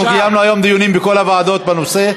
אנחנו קיימנו היום דיונים בכל הוועדות בנושא.